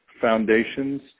foundations